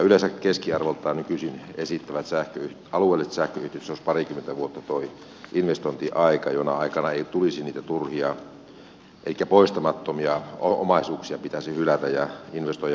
yleensä alueelliset sähköyhtiöt esittävät keskiarvoltaan että nykyisin se olisi parikymmentä vuotta tuo investointiaika jona aikana ei tulisi niitä turhia investointeja elikkä poistamattomia omaisuuksia pitäisi hylätä ja investoida uusia